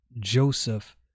Joseph